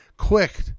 quick